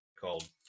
called